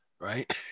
right